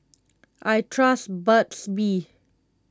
I trust Burt's Bee